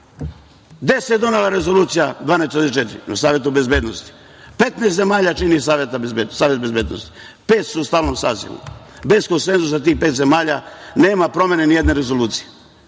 se donela Rezolucija 1244? Na Savetu bezbednosti, 15 zemalja čini Savet bezbednosti, pet su u stalnom sazivu, bez konsenzusa tih pet zemalja nema promene ni jedne rezolucije. Kina